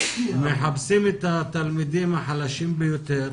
מחפשים את התלמידים החלשים ביותר,